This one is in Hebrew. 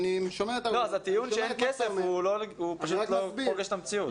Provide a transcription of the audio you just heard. אז הטיעון שאין כסף פשוט לא פוגש את המציאות.